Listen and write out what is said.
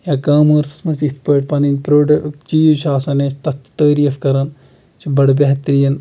یا کامٲرٕسَس منٛز تہِ یِتھ پٲٹھۍ پَنٕنۍ پرٛوڈَک چیٖز چھُ آسن اَسہِ تَتھ چھِ تٲریٖف کَران چھِ بَڑٕ بہتریٖن